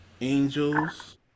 angels